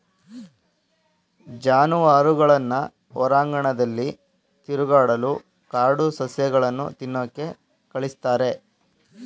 ಜಾನುವಾರುಗಳನ್ನ ಹೊರಾಂಗಣದಲ್ಲಿ ತಿರುಗಾಡಲು ಕಾಡು ಸಸ್ಯಗಳನ್ನು ತಿನ್ನೋಕೆ ಕಳಿಸ್ತಾರೆ